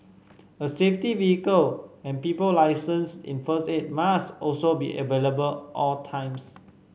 a safety vehicle and people licensed in first aid must also be available all times